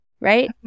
Right